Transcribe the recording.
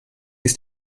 ist